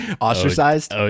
Ostracized